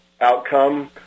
outcome